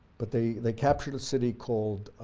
but they they captured a city called